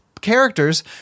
characters